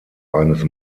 eines